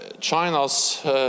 China's